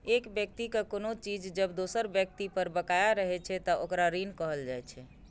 एक व्यक्ति के कोनो चीज जब दोसर व्यक्ति पर बकाया रहै छै, ते ओकरा ऋण कहल जाइ छै